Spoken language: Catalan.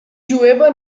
jueva